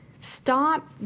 Stop